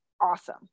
awesome